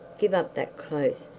give up that close,